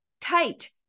tight